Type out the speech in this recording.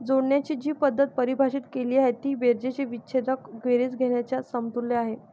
जोडण्याची जी पद्धत परिभाषित केली आहे ती बेरजेची विच्छेदक बेरीज घेण्याच्या समतुल्य आहे